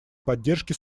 поддержки